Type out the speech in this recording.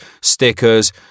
stickers